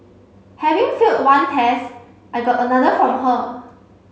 having failed one test I got another from her